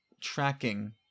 tracking